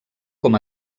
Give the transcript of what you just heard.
com